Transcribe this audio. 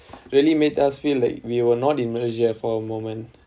really made us feel like we were not in malaysia for a moment